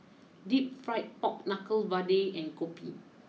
deep Fried Pork Knuckle Vadai and Kopi